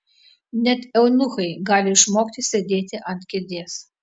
net eunuchai gali išmokti sėdėti ant kėdės